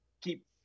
keep